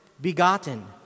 begotten